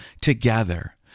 together